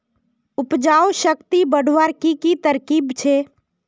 उपजाऊ शक्ति बढ़वार की की तरकीब छे?